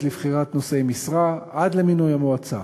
לבחירת נושאי משרה עד למינוי המועצה.